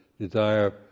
desire